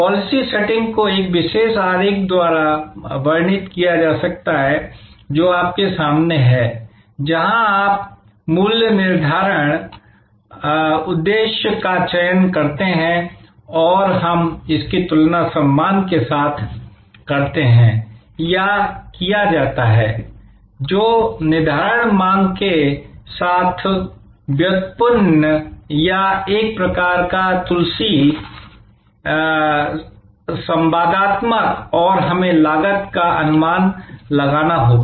policy setting को इस विशेष आरेख द्वारा वर्णित किया जा सकता है जो आपके सामने है जहां आप मूल्य निर्धारण उद्देश्य का चयन करते हैं और हम इसकी तुलना सम्मान के साथ करते हैं या किया जाता है जो निर्धारित मांग के साथ व्युत्पन्न या एक प्रकार का तुलसी संवादआत्मक है और हमें लागत का अनुमान लगाना होगा